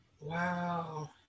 Wow